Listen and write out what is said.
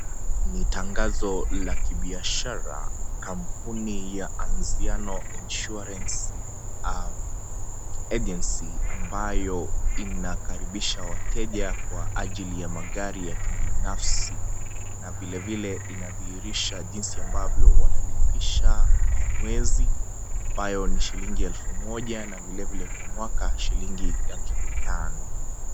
Ni tangazo la kibiashara, kampuni ya Anziano insurance agency ambayo inakaribisha wateja kwa ajili ya magari ya kibinafsi na vile vile inadhihirisha jinsi ambavyo wanalipisha kwa mwezi, ambayo ni shilingi 1000 na vile vile kwa mwaka ni shilingi 5000.